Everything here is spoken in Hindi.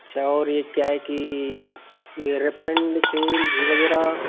अच्छा और ये क्या है कि ये रिफन्ड तेल घी वगैरह